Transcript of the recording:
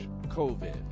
covid